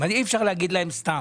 אינטליגנטים, אי-אפשר להגיד להם סתם.